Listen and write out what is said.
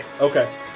Okay